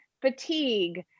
fatigue